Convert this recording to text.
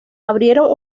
abrieron